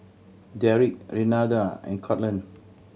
Deric Renada and Courtland